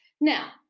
Now